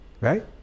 right